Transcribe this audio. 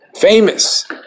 famous